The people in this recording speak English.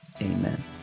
amen